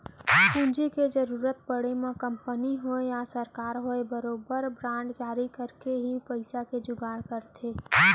पूंजी के जरुरत पड़े म कंपनी होवय या सरकार होवय बरोबर बांड जारी करके ही पइसा के जुगाड़ करथे